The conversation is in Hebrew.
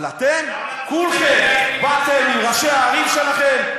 אבל אתם, כולכם, באתם עם ראשי הערים שלכם.